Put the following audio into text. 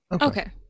Okay